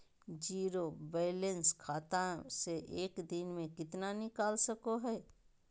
Zero balance खाता से एक दिन में कितना निकाल सको है?